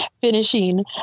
finishing